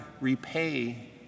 repay